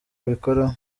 abikoraho